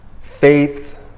faith